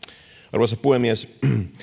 arvoisa puhemies